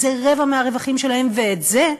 זה רבע מהרווחים שלהם, ואת זה,